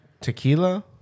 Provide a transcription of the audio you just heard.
tequila